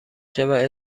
شود